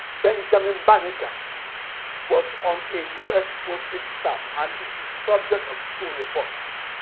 benjamin banneker was on a us postage stamp and is the subject of school reports.